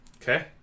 Okay